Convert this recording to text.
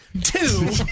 Two